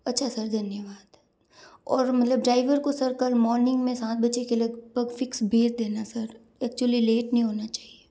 अच्छा सर धन्यवाद और मतलब ड्राइवर को सर कल मॉर्निंग में सात बजे के लगभग फ़िक्स भेज देना सर एक्चुअली लेट नहीं होना चाहिए